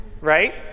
Right